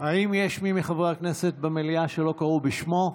האם יש מי מחברי הכנסת במליאה שלא קראו בשמו?